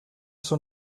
son